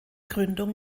gründung